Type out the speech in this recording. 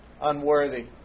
unworthy